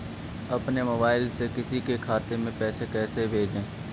अपने मोबाइल से किसी के खाते में पैसे कैसे भेजें?